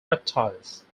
reptiles